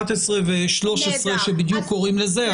12 ו-13 שבדיוק קוראים לזה.